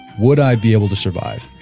would i be able to survive?